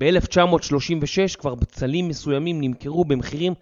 ב-1936 כבר בצלים מסוימים נמכרו במחירים